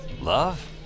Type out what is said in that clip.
Love